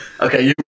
Okay